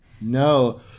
No